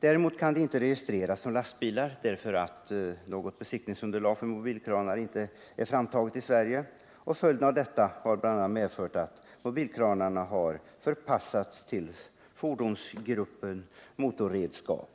Däremot kan de inte registreras som lastbilar, därför att något besiktningsunderlag för mobilkranar inte är framtaget i Sverige. Följden av detta har bl.a. blivit att mobilkranarna har förpassats till fordonsgruppen motorredskap,